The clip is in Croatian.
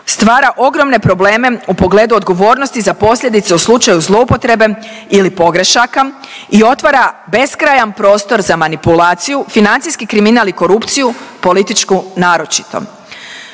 stvara ogromne probleme u pogledu odgovornosti za posljedice u slučaju zloupotrebe ili pogrešaka i otvara beskrajan prostor za manipulaciju, financijski kriminal i korupciju, političku naročito.